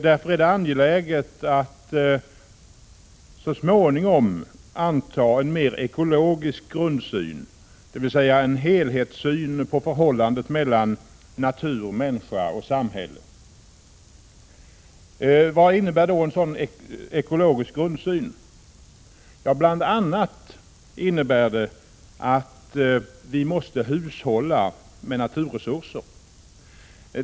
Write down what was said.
Därför är det angeläget att man så småningom antar en mer ekologisk grundsyn, dvs. en helhetssyn på förhållandet mellan natur, människa och samhälle. Vad innebär en sådan ekologisk grundsyn? Bl. a. innebär den att vi måste hushålla med naturresurser.